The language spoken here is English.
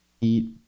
Eat